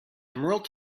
emerald